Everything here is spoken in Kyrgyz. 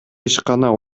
ишкана